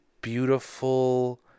beautiful